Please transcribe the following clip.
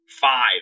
five